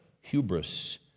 hubris